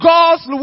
God's